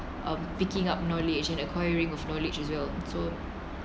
um picking up knowledge and acquiring of knowledge as well